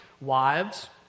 Wives